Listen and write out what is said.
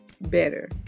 better